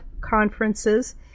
conferences